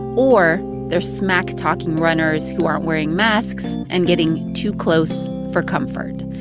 or they're smack-talking runners who aren't wearing masks and getting too close for comfort.